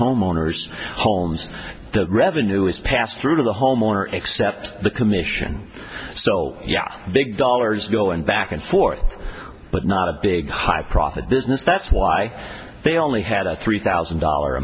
homeowners homes that revenue is passed through to the homeowner except the commission so big dollars to go and back and forth but not a big high profit business that's why they only had a three thousand dollar a